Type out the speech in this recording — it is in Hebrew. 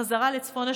החזרה לצפון השומרון.